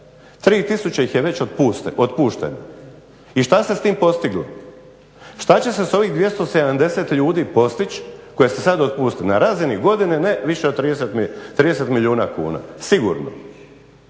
3000 ih je već otpušteno. I šta se s tim postiglo? Šta će se sa ovih 270 ljudi postići koje ste sad otpustili na razini godine ne više od 30 milijuna kuna, sigurno.